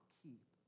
keep